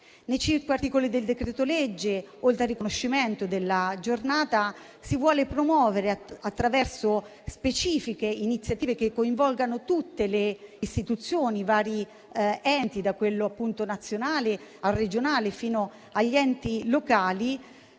Nei cinque articoli del disegno di legge, oltre al riconoscimento della Giornata, si vogliono promuovere specifiche iniziative che coinvolgono tutte le istituzioni e vari enti, dal livello nazionale a quello regionale, fino agli enti locali,